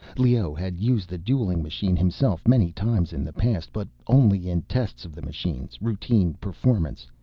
leoh had used the dueling machine himself many times in the past, but only in tests of the machines' routine performance.